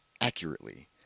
accurately